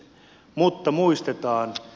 mutta muistetaan